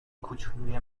کوچولوی